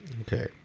Okay